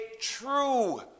true